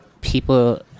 people